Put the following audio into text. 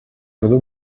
году